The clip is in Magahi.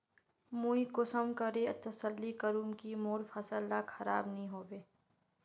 मुई कुंसम करे तसल्ली करूम की मोर फसल ला खराब नी होबे?